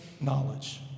knowledge